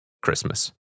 Christmas